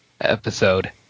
episode